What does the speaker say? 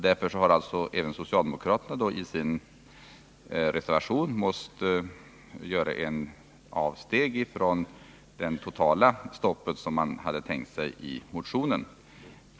Därför har alltså även socialdemokraterna i sin reservation måst göra ett avsteg från det totala stopp som man hade tänkt sig i motionen.